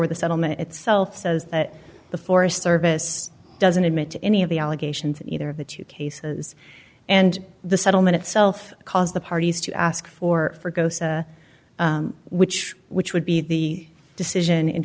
with the settlement itself says that the forest service doesn't admit to any of the allegations in either of the two cases and the settlement itself caused the parties to ask for for go which which would be the decision in